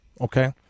okay